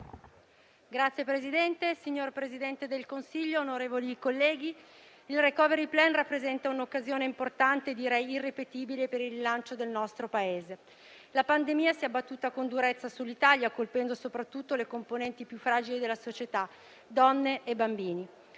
*(FIBP-UDC)*. Signor Presidente del Consiglio, il *recovery plan* rappresenta un'occasione importante, direi irripetibile per il rilancio del nostro Paese. La pandemia si è abbattuta con durezza sull'Italia colpendo soprattutto le componenti più fragili della società: donne e bambini.